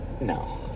No